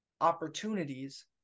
opportunities